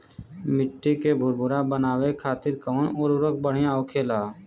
मिट्टी के भूरभूरा बनावे खातिर कवन उर्वरक भड़िया होखेला?